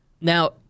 Now